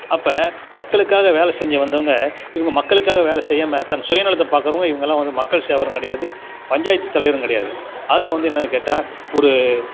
அப்போ மக்களுக்காக வேலை செஞ்ச வந்தவங்க இவங்க மக்களுக்காக வேலை செய்யாமல் தன் சுயநலத்தை பார்க்குறவங்க இவங்கெல்லாம் வந்து மக்கள் சேவகரும் கிடையாது பஞ்சாயத்து தலைவரும் கிடையாது அதிலையும் வந்து என்னென்னு கேட்டால் ஒரு